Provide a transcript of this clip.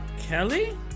Kelly